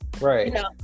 Right